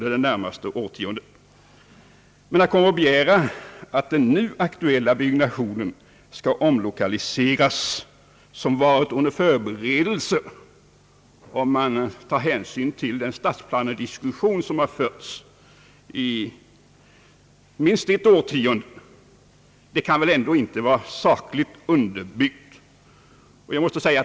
Men det finns inte något sakligt underlag för att begära att den nu aktuella byggnationen skall omlokaliseras. Den har, om man tar hänsyn till den stadsplanediskussion som förts, varit under förberedelse i minst ett årtionde.